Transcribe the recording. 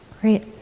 Great